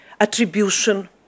attribution